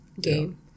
game